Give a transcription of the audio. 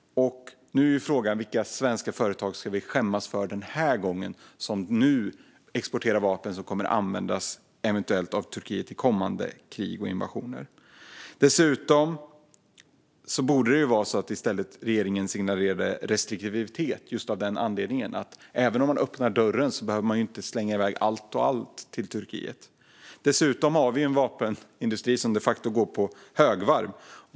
Frågan är vilka svenska företag vi ska skämmas för den här gången som nu exporterar vapen som eventuellt kommer att användas av Turkiet i kommande krig och invasioner. Regeringen borde i stället signalera restriktivitet av just den anledningen. Även om man öppnar dörren behöver man inte slänga iväg allt till Turkiet. Dessutom har vi en vapenindustri som de facto går på högvarv.